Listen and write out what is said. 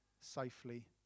safely